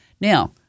Now